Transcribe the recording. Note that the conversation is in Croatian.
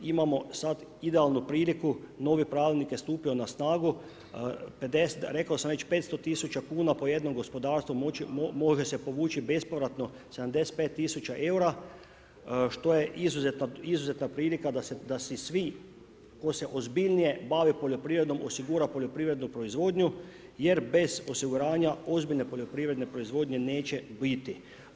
Imamo sada idealnu priliku, novi pravilnik je stupio na snagu, rekao sam već 500 tisuća kuna po jednom gospodarstvu može se povući bespovratno 75 tisuća eura što je izuzetna prilika da si svi koji se ozbiljnije bave poljoprivredom osigura poljoprivrednu proizvodnju jer bez osiguranja ozbiljne poljoprivredne proizvodnje neće biti.